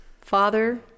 father